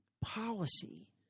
policy